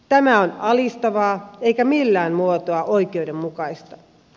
tämä on alistavaa eikä millään muotoa oikeudenmukaista